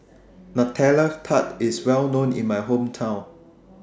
Nutella Tart IS Well known in My Hometown